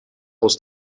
aus